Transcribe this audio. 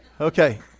Okay